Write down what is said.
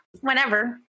whenever